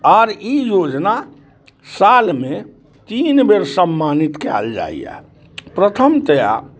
आर ई योजना सालमे तीन बेर सम्मानित कयल जाइए प्रथमतया